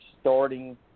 starting